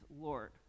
Lord